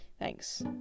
Thanks